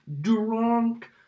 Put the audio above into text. drunk